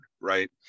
right